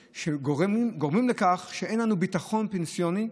שגורמים לכך שאין לנו ביטחון פנסיוני.